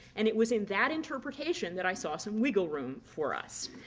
and it was in that interpretation that i saw some wiggle room for us.